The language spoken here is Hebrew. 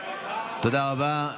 תודה רבה.